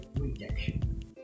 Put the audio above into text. rejection